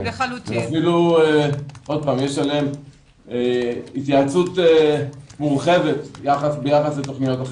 אפילו יש עליהם התייעצות מורחבת ביחס לתוכניות אחרות.